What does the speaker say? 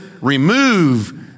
remove